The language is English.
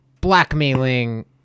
blackmailing